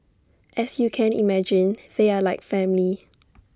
as you can imagine they are like family